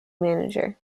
manager